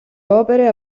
opere